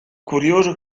curioso